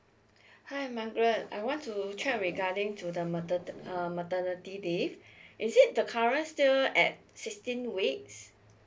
hi margaret I want to check regarding to the matern~ err the maternity leave is it the current still at sixteen weeks